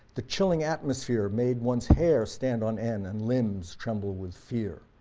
the chilling atmosphere made one's hair stand on end and limbs tremble with fear.